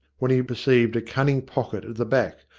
when he perceived a cunning pocket at the back,